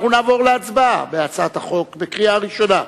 אנחנו נעבור להצבעה על הצעת החוק בקריאה ראשונה.